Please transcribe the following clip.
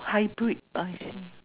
hybrid I see